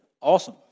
awesome